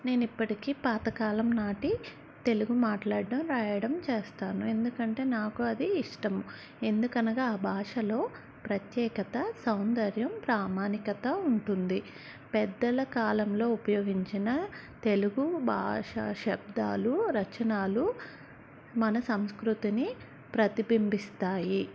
నేను ఇప్పటికీ పాతకాలం నాటి తెలుగు మాట్లాడడం రాయడం చేస్తాను ఎందుకంటే నాకు అది ఇష్టం ఎందుకనగా ఆ భాషలో ప్రత్యేకత సౌందర్యం ప్రామాణికత ఉంటుంది పెద్దల కాలంలో ఉపయోగించిన తెలుగు భాష శబ్దాలు రచనలు మన సంస్కృతిని ప్రతిబింబిస్తాయి